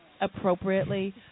appropriately